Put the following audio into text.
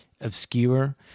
obscure